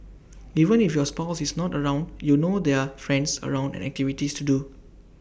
even if your spouse is not around you know there are friends around and activities to do